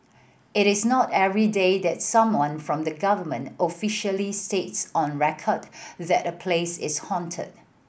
it is not everyday that someone from the government officially states on record that a place is haunted